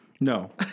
No